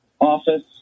Office